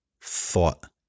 thought